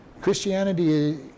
Christianity